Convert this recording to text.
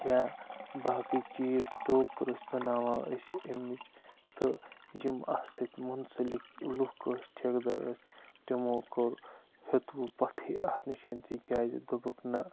یا باقٕے چیٖز ٹوکٕر ٲسۍ بَناوان أسۍ اَمِچ تہٕ یِم اَتھ سۭتۍ مُنسَلِک لُکھ ٲسۍ ٹھیکہٕ دَر ٲسۍ تِمو کوٚر ہیوٚتوُ پَتھٕے اَتھ نِش تِکیٛازِ دوٚپُکھ نَہ